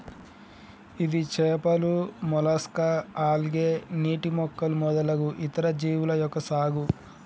ఇది చేపలు, mollusca, algae, నీటి మొక్కలు మొదలగు ఇతర జీవుల యొక్క సాగు